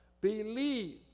Believe